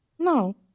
no